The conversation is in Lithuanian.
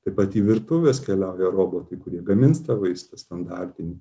taip pat į virtuves atkeliauja robotai kurie gamins tą vaistą standartinį